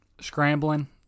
scrambling